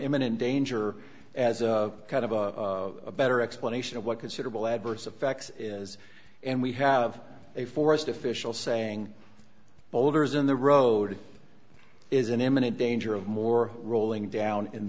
imminent danger as a kind of a better explanation of what considerable adverse effect is and we have a forest official saying boulders in the road is in imminent danger of more rolling down in